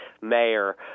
Mayor